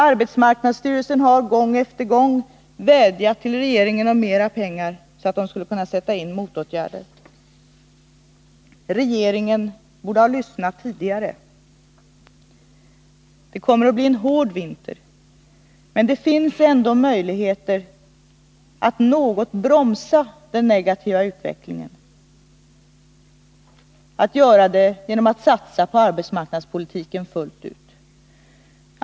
Arbetsmarknadsstyrelsen har gång på gång vädjat till regeringen om mera pengar så att den skulle kunna sätta in motåtgärder. Regeringen borde ha lyssnat tidigare. Det kommer att bli en hård vinter, men det finns ändå möjligheter att något bromsa den negativa utvecklingen genom att satsa på arbetsmarknadspolitiken fullt ut.